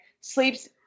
Sleeps